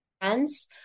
friends